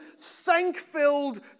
thank-filled